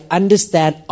understand